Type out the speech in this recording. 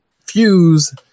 Fuse